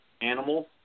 animal